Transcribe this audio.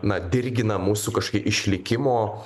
na dirgina mūsų kažkokį išlikimo